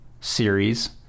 series